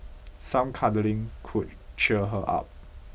some cuddling could cheer her up